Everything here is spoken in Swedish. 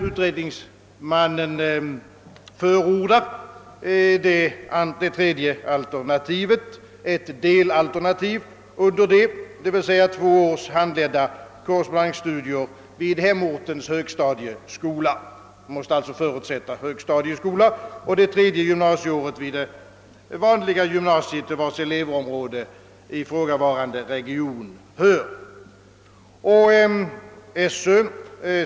Utredningsmannen förordar ett delalternativ under det tredje alternativet, nämligen två års handledda korrespondensstudier vid hemortens högstadie skola — alternativet förutsätter alltså att det finns en högstadieskola — och det tredje året i det vanliga gymnasium, till vars elevområde ifrågavarande region hör.